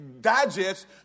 digest